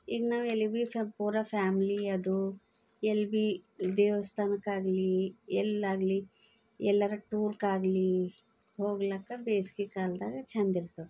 ಈಗ ನಾವು ಎಲ್ಲಿಗೆ ಬಿ ಚ ಪೂರ ಫ್ಯಾಮ್ಲಿ ಅದು ಎಲ್ಲಿ ಬಿ ದೇವಸ್ಥಾನಕ್ಕಾಗಲಿ ಎಲ್ಲಾಗಲಿ ಎಲ್ಲರ ಟೂರ್ಗಾಗ್ಲಿ ಹೋಗ್ಲಾಕ ಬೇಸ್ಗೆ ಕಾಲದಾಗ ಛಂದ್ ಇರ್ತದ